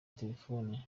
telefone